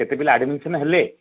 କେତେ ପିଲା ଆଡ଼ମିସନ୍ ହେଲେ